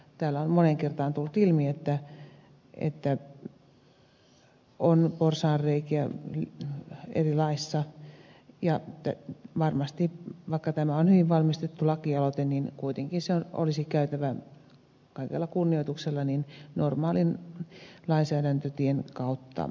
täällä on moneen kertaan tullut ilmi että on porsaanreikiä eri laeissa ja vaikka tämä on hyvin valmisteltu lakialoite kuitenkin se olisi hoidettava kaikella kunnioi tuksella normaalin lainsäädäntötien kautta